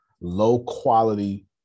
low-quality